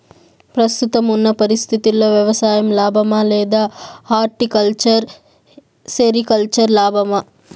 ప్రస్తుతం ఉన్న పరిస్థితుల్లో వ్యవసాయం లాభమా? లేదా హార్టికల్చర్, సెరికల్చర్ లాభమా?